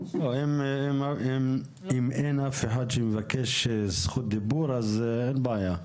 אם אין אף אחד שמבקש זכות דיבור, אז אין בעיה.